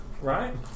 right